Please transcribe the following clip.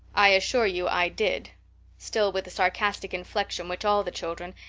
i assure you i did still with the sarcastic inflection which all the children,